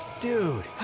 Dude